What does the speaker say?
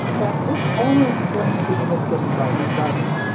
but this only explains the image getting brighter and darker.